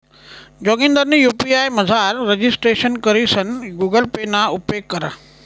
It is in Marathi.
जोगिंदरनी यु.पी.आय मझार रजिस्ट्रेशन करीसन गुगल पे ना उपेग करा